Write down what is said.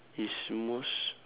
is most